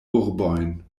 urbojn